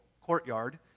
courtyard